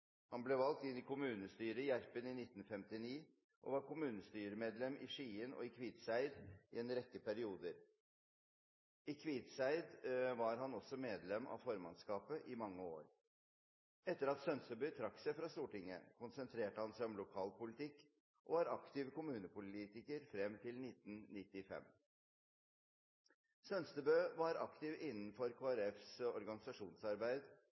Han ble valgt inn i kommunestyret i Gjerpen i 1959 og var kommunestyremedlem i Skien og i Kviteseid i en rekke perioder. I Kviteseid var han også medlem av formannskapet i mange år. Etter at Sønstebø trakk seg fra Stortinget, konsentrerte han seg om lokalpolitikk og var aktiv kommunepolitiker frem til 1995. Sønstebø var aktiv innen Kristelig Folkepartis organisasjonsarbeid